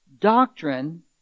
doctrine